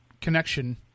connection